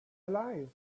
alive